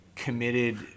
committed